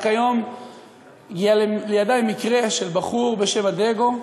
רק היום הגיע לידי מקרה של בחור בשם אדגו,